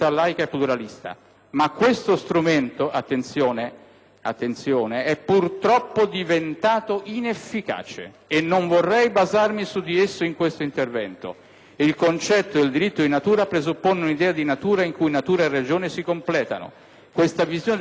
- attenzione - «è purtroppo diventato inefficace, e non vorrei basarmi su di esso in questo intervento. Il concetto del diritto di natura presuppone un'idea di natura in cui natura e ragione si compenetrano (...). Questa visione della natura, con la vittoria della teoria evoluzionistica si è persa.